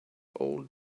old